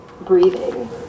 breathing